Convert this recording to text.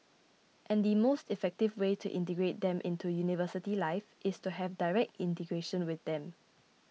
and the most effective way to integrate them into university life is to have direct integration with them